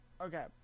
Okay